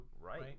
right